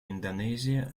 индонезия